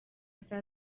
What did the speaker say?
saa